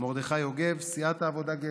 מרדכי יוגב, סיעת העבודה-גשר,